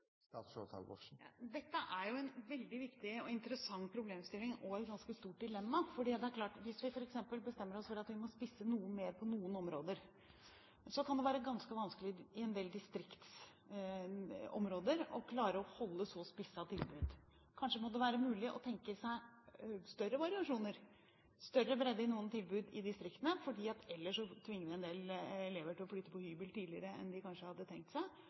Dette er en veldig viktig og interessant problemstilling og et ganske stort dilemma. Det er klart at hvis vi f.eks. bestemmer oss for at vi må spisse noe mer på noen områder, kan det være ganske vanskelig å klare å holde så spissede tilbud i en del distriktsområder. Kanskje må det være mulig å tenke seg større variasjoner, større bredde, i noen tilbud i distriktene, for ellers tvinger vi en del elever til å flytte på hybel tidligere enn de kanskje hadde tenkt seg,